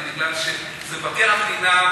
אלא בגלל שזה מבקר המדינה,